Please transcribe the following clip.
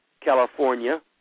California